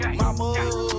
mama